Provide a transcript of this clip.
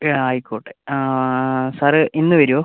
ആ ആയിക്കോട്ടെ സാറ് ഇന്ന് വരുമോ